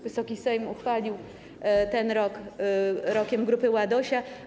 Wysoki Sejm ustanowił ten rok Rokiem Grupy Ładosia.